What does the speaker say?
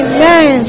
Amen